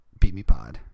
BeatmePod